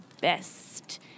best